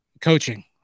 coaching